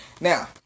Now